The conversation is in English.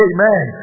Amen